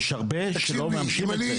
יש הרבה שלא מממשים את זה.